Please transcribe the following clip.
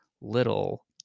little